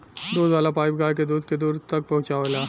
दूध वाला पाइप गाय के दूध के दूर तक पहुचावेला